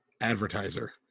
advertiser